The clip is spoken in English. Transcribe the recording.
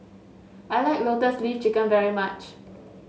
I like Lotus Leaf Chicken very much